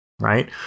right